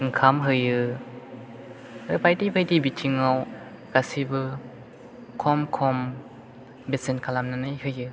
ओंखाम होयो आरो बायदि बायदि बिथिंआव गासैबो खम खम बेसेन खालामनानै होयो